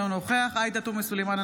אינו נוכח עאידה תומא סלימאן,